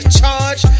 charge